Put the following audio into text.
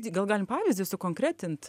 gal galim pavyzdį sukonkretint